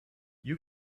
you